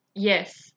yes